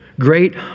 Great